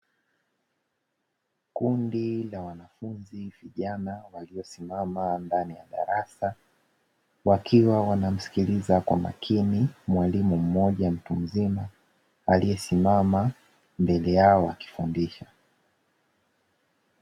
Kundi la wanafunzi vijana, waliyosimama ndani ya darasa, wakiwa wanamsikiliza kwa makini mwalimu mmoja mtu mzima, aliye simama mbele yao akifundisha.